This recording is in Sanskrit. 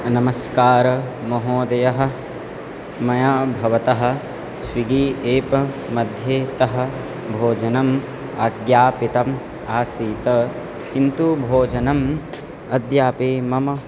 नमस्कारः महोदय मया भवतः स्विगी एप्मध्ये तः भोजनम् आज्ञापितम् आसीत् किन्तु भोजनम् अद्यापि मम